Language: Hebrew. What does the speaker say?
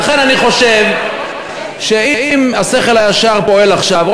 לכן אני חושב שאם השכל הישר פועל עכשיו,